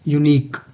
unique